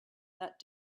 that